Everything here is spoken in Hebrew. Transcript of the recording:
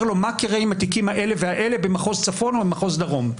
לו: מה קורה עם התיקים האלה והאלה במחוז צפון ובמחוז דרום.